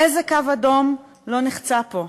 איזה קו אדום לא נחצה פה?